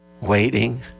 Waiting